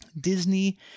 Disney